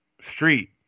street